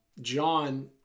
John